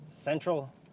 central